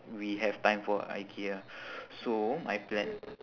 we have time for ikea so my plan